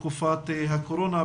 תקופת הקורונה,